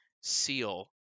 seal